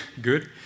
good